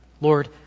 Lord